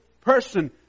person